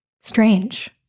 strange